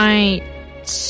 Right